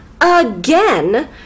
again